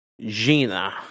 Gina